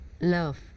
love